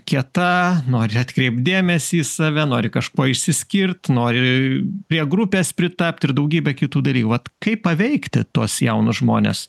kieta nori atkreipt dėmesį į save nori kažkuo išsiskirt nori prie grupės pritapt ir daugybė kitų daly vat kaip paveikti tuos jaunus žmones